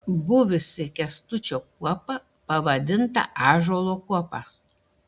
buvusi kęstučio kuopa pavadinta ąžuolo kuopa